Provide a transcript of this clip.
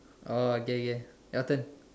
oh okay okay your turn